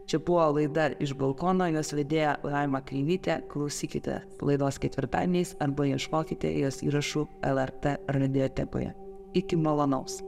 čia buvo laida iš balkono jos vedėja laima kreivytė klausykite laidos ketvirtadieniais arba ieškokite jos įrašų lrt radiotekoje iki malonaus